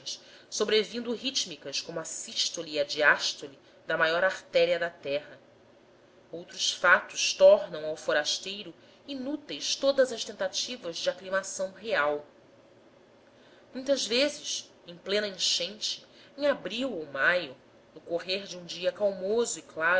sobrevindo rítmicas como a sístole e a diástole da maior artéria na terra outros fatos tornam ao forasteiro inúteis todas as tentativas de aclimação real muitas vezes em plena enchente em abril ou maio no correr de um dia calmoso